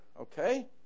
okay